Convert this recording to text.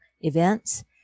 events